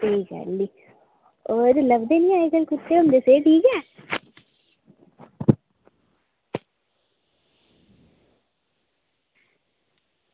होर लभदे निं होंदे अज्जकल सेह्त ठीक ऐ